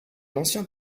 ancien